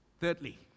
Thirdly